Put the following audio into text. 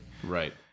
Right